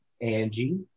Angie